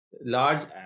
large